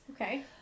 Okay